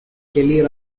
kelly